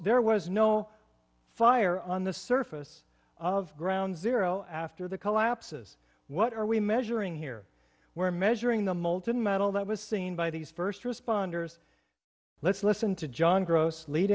there was no fire on the surface of ground zero after the collapses what are we measuring here where measuring the molten metal that was seen by these first responders let's listen to john gross lead